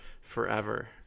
forever